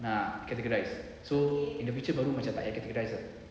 nak categorise so in the future baru macam tak payah categorise ah